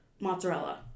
Mozzarella